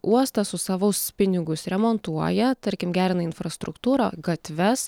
uostas už savus pinigus remontuoja tarkim gerina infrastruktūrą gatves